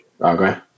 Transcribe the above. Okay